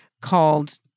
called